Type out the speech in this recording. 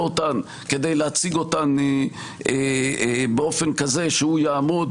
אותן כדי להציג אותן באופן כזה שהוא יעמוד